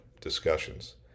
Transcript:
discussions